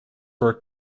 were